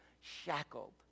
shackled